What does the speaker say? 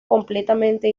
completamente